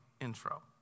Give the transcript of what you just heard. intro